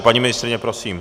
Paní ministryně, prosím.